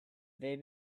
they